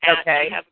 Okay